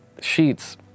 sheets